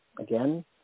Again